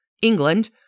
England